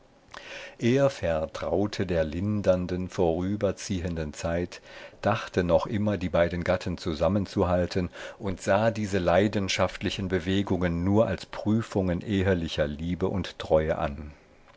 er vertraute der lindernden vorüberziehenden zeit dachte noch immer die beiden gatten zusammenzuhalten und sah diese leidenschaftlichen bewegungen nur als prüfungen ehelicher liebe und treue an